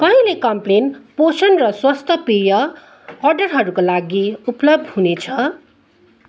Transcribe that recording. कहिले कम्प्लान पोषण र स्वास्थ्य पेय अर्डरहरूका लागि उपलब्ध हुनेछ